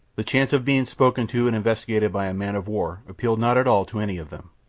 the chance of being spoken to and investigated by a man-of-war appealed not at all to any of them,